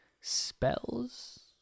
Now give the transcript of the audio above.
spells